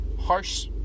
harsh